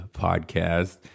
podcast